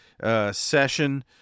session